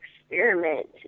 experiment